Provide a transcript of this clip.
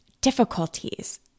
difficulties